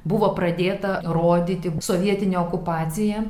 buvo pradėta rodyti sovietinė okupacija